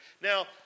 Now